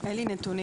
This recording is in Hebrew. אין לי נתונים,